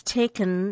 taken